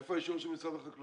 איפה האישור של משרד החקלאות?